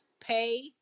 pay